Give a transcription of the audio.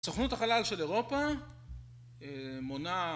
סוכנות החלל של אירופה מונה